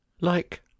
Like